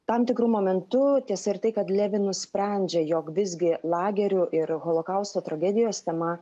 tam tikru momentu tiesa ir tai kad levi nusprendžia jog visgi lagerių ir holokausto tragedijos tema